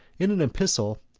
in an epistle,